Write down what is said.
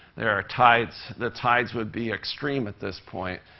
there are tides the tides would be extreme at this point.